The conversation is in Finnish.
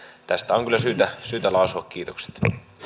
tästä on kyllä syytä syytä lausua kiitokset